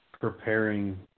preparing